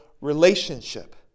relationship